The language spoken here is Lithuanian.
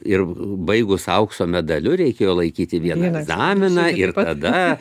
ir baigus aukso medaliu reikėjo laikyti vieną egzaminą ir tada